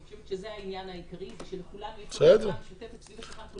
אני חושבת שזה העניין העיקרי ושלכולם יש מטרה משותפת סביב השולחן.